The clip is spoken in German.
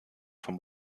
vom